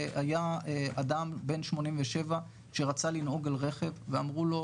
היה אדם בן 87 שרצה לנהוג על רכב ואמרו לו,